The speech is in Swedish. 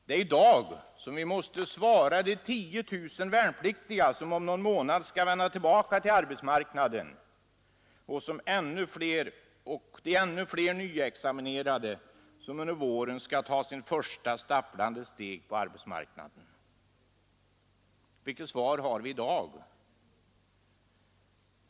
Det är i dag vi måste svara de tiotusentals värnpliktiga som om någon månad skall vända tillbaka till arbetsmarknaden och de ännu fler nyexaminerade som under våren skall ta sina första stapplande steg på arbetsmarknaden. Vilket svar har vi i dag?